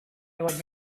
ever